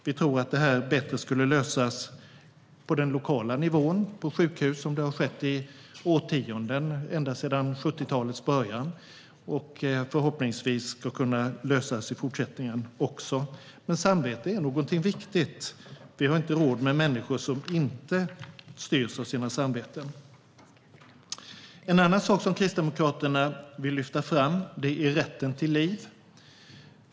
Vi tror att det skulle kunna lösas bättre på den lokala nivån, på sjukhus, så som skett i årtionden ända sedan 70-talets början och förhoppningsvis kan ske även i fortsättningen. Men samvetet är någonting viktigt. Vi har inte råd med människor som inte styrs av sitt samvete. En annan sak som Kristdemokraterna vill lyfta fram är rätten till liv.